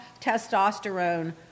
testosterone